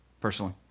personally